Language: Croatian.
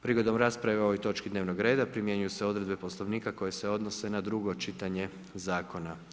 Prigodom rasprave o ovoj točki dnevnog reda primjenjuju se odredbe Poslovnika koje se odnose na drugo čitanje zakona.